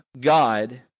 God